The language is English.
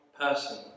person